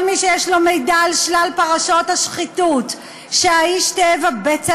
כל מי שיש לו מידע על כל שלל פרשות השחיתות שהאיש תאב הבצע